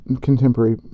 contemporary